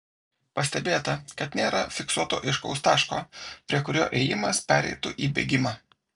pastebėta kad nėra fiksuoto aiškaus taško prie kurio ėjimas pereitų į bėgimą